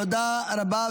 תודה רבה.